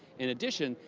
in addition,